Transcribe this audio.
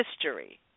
history